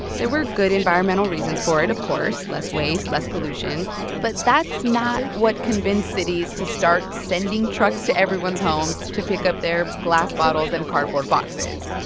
there were good environmental reasons for it, of course less waste, less pollution but that's not what convinced cities to start sending trucks to everyone's homes to pick up their glass bottles and cardboard boxes.